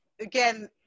again